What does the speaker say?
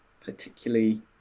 particularly